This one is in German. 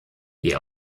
die